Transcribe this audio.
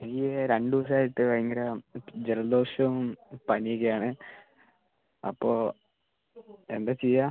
എനിക്ക് രണ്ട് ദിവസമായിട്ട് ഭയങ്കര ഇപ്പോൾ ജലദോഷവും പനി ഒക്കെ ആണ് അപ്പോൾ എന്താണ് ചെയ്യുക